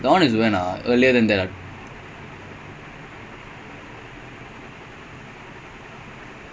that [one] is insane dude அந்த அவ்ளோ மோசமான:antha avlo mosamaana team as in it's impossible to bring them that far